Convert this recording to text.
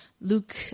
luke